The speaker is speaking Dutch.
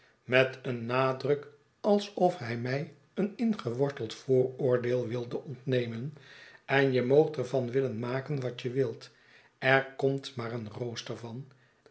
met een nadruk alsof hij mij een ingeworteld vooroordeel wilde ontnemen en je moogt er van willen maken wat je wilt er komt maar een rooster van